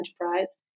enterprise